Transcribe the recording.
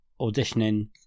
auditioning